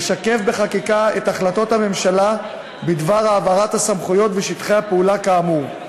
לשקף בחקיקה את החלטות הממשלה בדבר העברת הסמכויות ושטחי הפעולה כאמור.